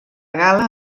gala